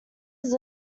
his